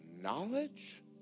knowledge